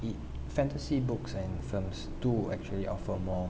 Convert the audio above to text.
it fantasy books and films do actually offer more